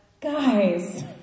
guys